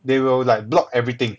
they will like block everything